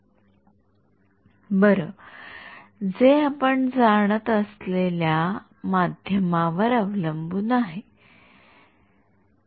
विद्यार्थीः बरं हे आपण जाणत असलेल्या माध्यमावर अवलंबून आहे